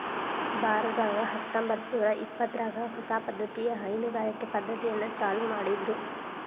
ಭಾರತದಾಗ ಹತ್ತಂಬತ್ತನೂರಾ ಇಪ್ಪತ್ತರಾಗ ಹೊಸ ಪದ್ದತಿಯ ಹೈನುಗಾರಿಕೆ ಪದ್ದತಿಯನ್ನ ಚಾಲೂ ಮಾಡಿದ್ರು